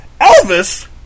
Elvis